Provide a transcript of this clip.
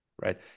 right